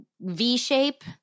V-shape